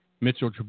Mitchell